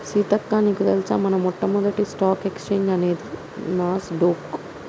సీతక్క నీకు తెలుసా మన మొట్టమొదటి స్టాక్ ఎక్స్చేంజ్ అనేది నాస్ డొక్